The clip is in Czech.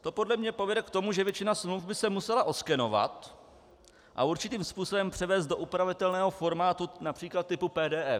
To podle mne povede k tomu, že většina smluv by se musela oskenovat a určitým způsobem převést do upravitelného formátu, například typu PDF.